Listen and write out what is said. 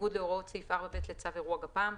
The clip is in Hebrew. בניגוד להוראות סעיף 4(ב) לצו אירוע גפ"מ,